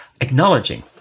acknowledging